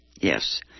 yes